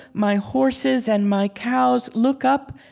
my horses and my cows look up,